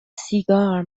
سیگار